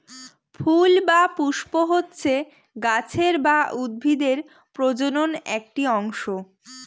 ফুল বা পুস্প হচ্ছে গাছের বা উদ্ভিদের প্রজনন একটি অংশ